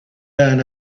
learn